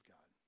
God